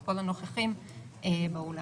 את כל הנוכחים באולם.